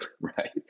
right